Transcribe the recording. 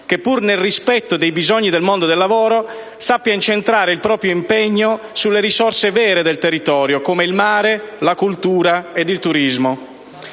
che, pur nel rispetto dei bisogni del mondo del lavoro, sappia incentrare il proprio impegno sulle risorse vere del territorio, come il mare, la cultura e il turismo.